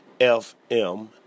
FM